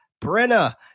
Brenna